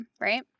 right